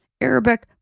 Arabic